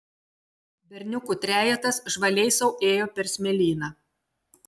berniukų trejetas žvaliai sau ėjo per smėlyną